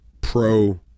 pro